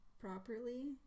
properly